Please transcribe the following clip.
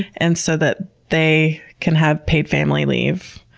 and so that they can have paid family leave,